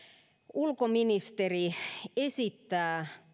ulkoministeri esittää